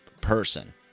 person